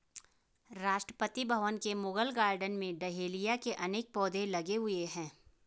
राष्ट्रपति भवन के मुगल गार्डन में डहेलिया के अनेक पौधे लगे हुए हैं